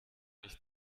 nicht